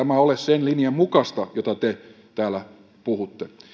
eikä tämä ole sen linjan mukaista josta te täällä puhutte